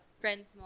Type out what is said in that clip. friends